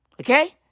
Okay